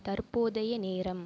தற்போதைய நேரம்